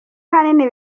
ahanini